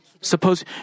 suppose